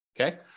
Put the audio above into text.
Okay